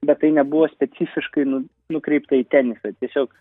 bet tai nebuvo specifiškai nukreipta į tenisą tiesiog